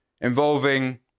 involving